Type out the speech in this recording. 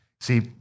See